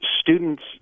students